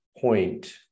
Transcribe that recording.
point